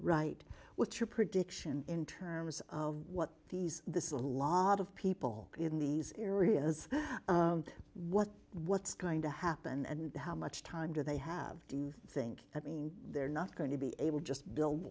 right what's your prediction in terms of what these this is a lot of people in these areas what what's going to happen and how much time do they have to think i mean they're not going to be able to just build